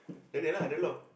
Daniel lah dia lock